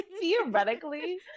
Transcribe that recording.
Theoretically